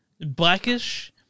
Blackish